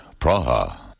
Praha